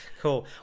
Cool